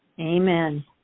Amen